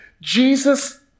Jesus